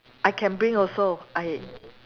I can bring also I